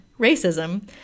racism